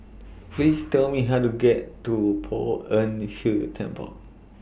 Please Tell Me How to get to Poh Ern Shih Temple